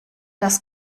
das